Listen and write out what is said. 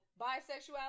bisexuality